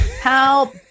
help